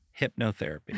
hypnotherapy